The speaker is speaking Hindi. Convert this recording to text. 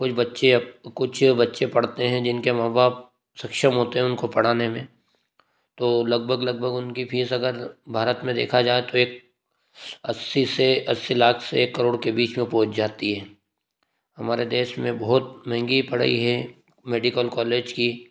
कुछ बच्चे अप कुछ बच्चे पढ़ते हैं जिनके माँ बाप सक्षम होते हैं उनको पढ़ने में तो लगभग लगभग उनकी फीस अगर भारत में देखा जाए तो एक अस्सी से अस्सी लाख से एक करोड़ के बीच में पहुँच जाती है हमारे देश में बहुत महंगी पढ़ाई है मेडिकल कॉलेज की